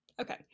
okay